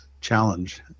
challenge